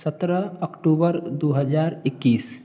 सत्रह अक्टूबर दो हजार इक्कीस